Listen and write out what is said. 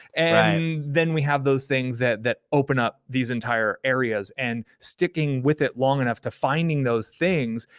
and then we have those things that that open up these entire areas, and sticking with it long enough to finding those things,